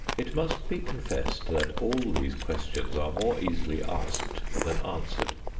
it must be confessed that all these questions are more easily asked than answered.